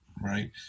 right